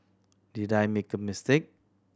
did I make a mistake